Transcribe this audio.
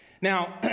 Now